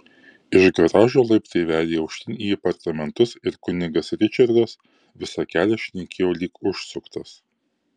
iš garažo laiptai vedė aukštyn į apartamentus ir kunigas ričardas visą kelią šnekėjo lyg užsuktas